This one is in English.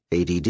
ADD